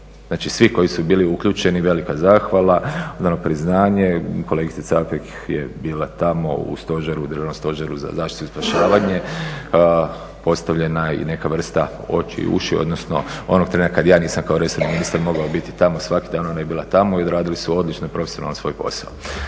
Znači svi koji su bili uključeni velika zahvala, dano priznanje. Kolegica Capek je bila tamo u stožeru, Državnom stožeru za zaštitu i spašavanje. Postavljena i neka vrsta oči i uši, odnosno onog trena kada ja nisam kao resorni ministar mogao biti tamo svaki dan ona je bila tamo i odradili su odlično i profesionalno svoj posao.